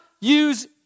use